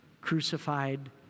crucified